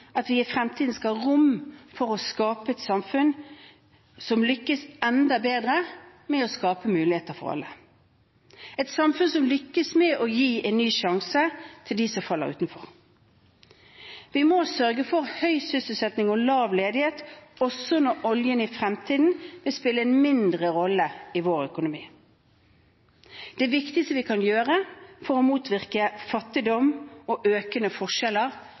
at vi i fremtiden skal ha rom for å skape et samfunn som lykkes enda bedre med å skape muligheter for alle, et samfunn som lykkes med å gi en ny sjanse til dem som faller utenfor. Vi må sørge for høy sysselsetting og lav ledighet også når oljen i fremtiden vil spille en mindre rolle i vår økonomi. Det viktigste vi kan gjøre for å motvirke fattigdom og økende forskjeller,